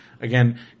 again